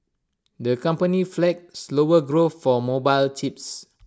the company flagged slower growth for mobile chips